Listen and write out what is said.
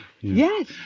Yes